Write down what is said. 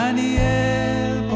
Daniel